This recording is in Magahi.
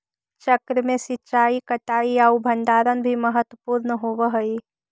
चक्र में सिंचाई, कटाई आउ भण्डारण भी महत्त्वपूर्ण होवऽ हइ